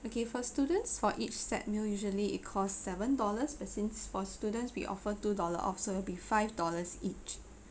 okay for students for each set meal usually it cost seven dollars but since for students we offer two dollar off so it'll be five dollars each